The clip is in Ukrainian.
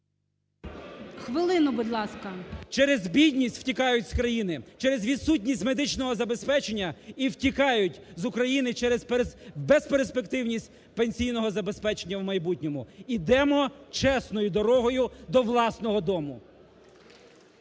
Хвилину, будь ласка. БЕРЕЗЮК О.Р. Через бідність втікають з країни, через відсутність медичного забезпечення. І втікають з України через безперспективність пенсійного забезпечення в майбутньому. Йдемо чесною дорогою до власного дому!